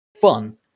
fun